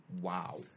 wow